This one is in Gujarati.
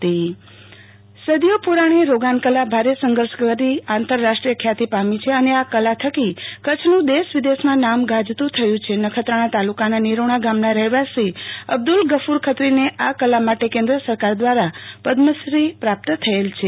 આરતી ભદ્દ રોગાન કલાબાઈટ સદીઓ પુ રાણી રોગાનકલા ભારે સંઘર્ષ કરી આંતરરાષ્ટ્રીય ખ્યાતી પામી છે અને આ કલા થકી કચ્છનું દેશનવિદેશમાં નામ ગાજતું થયું છેનખત્રાણા તાલુ કાના નિરોણા ગામના રહેવાસી અબ્દુલ ગકુર ખત્રીને આ કલા માટે કેન્દ્ર સરકાર દ્વારા પદ્મશ્રી પ્રાપ્ત થયેલ છે